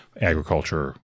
agriculture